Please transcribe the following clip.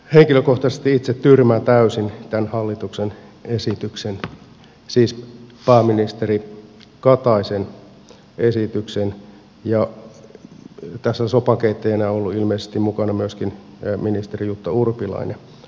henkilökohtaisesti itse tyrmään täysin tämän hallituksen esityksen siis pääministeri kataisen esityksen ja tässä on sopankeittäjänä ollut ilmeisesti mukana myöskin ministeri jutta urpilainen